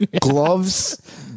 gloves